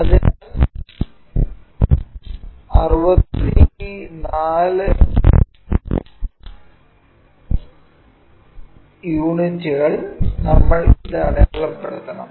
അതിനാൽ 64 യൂണിറ്റുകൾ നമ്മൾ ഇത് അടയാളപ്പെടുത്തണം